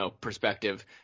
perspective